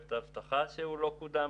פרויקט אבטחה שלא קודם.